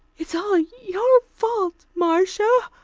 it's all your fault, marcia,